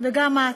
וגם את,